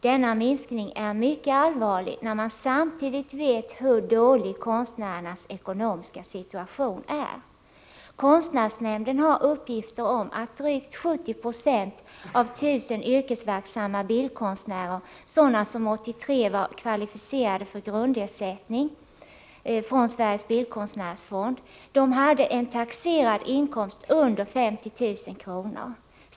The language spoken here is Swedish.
Denna minskning är mycket allvarlig med tanke på hur dålig konstnärernas ekonomiska situation är. Konstnärsnämnden har uppgifter om att drygt 70 90 av 1 000 yrkesverksamma bildkonstnärer — sådana som var kvalificerade för grundersättning från Sveriges bildkonstnärsfond — 1983 hade en taxerad inkomst under 50 000 kr.